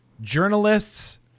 journalists